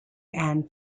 end